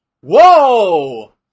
Whoa